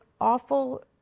awful